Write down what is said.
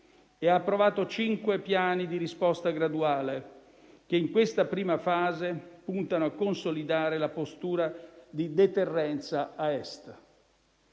e ha approvato cinque piani di risposta graduale che, in questa prima fase, puntano a consolidare la postura di deterrenza a Est.